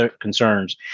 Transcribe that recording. concerns